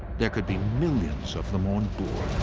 there could be millions of them on board.